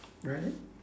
right